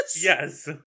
Yes